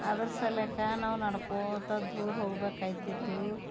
ಅದರ ಸಲಕ್ಕ ನಾವು ನಡಕೋತ ದೂರ ಹೋಗ್ಬೇಕಾಯ್ತಿತು